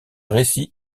récit